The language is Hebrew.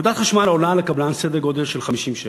נקודת חשמל עולה לקבלן סדר גודל של 50 שקלים.